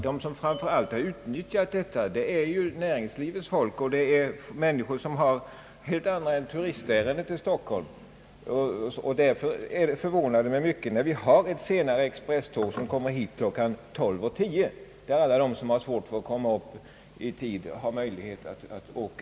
De som framför allt utnyttjat detta tidigare tåg är näringslivets folk och människor som har helt andra ärenden till Stockholm än turistresor, och därför förvånar tidtabellsändringen mig mycket, när vi har ett expresståg som kommer hit kl. 12.10, med vilket alla de som har svårt att komma upp i tid har möjlighet att åka.